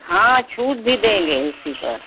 हाँ छूट भी देंगे उसी पर